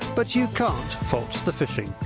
but you cant fault the fishing.